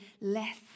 less